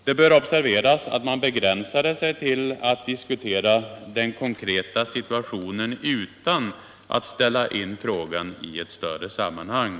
Det bör observeras att man begränsade sig till att diskutera den konkreta situationen utan att ställa in frågan i ett större sammanhang.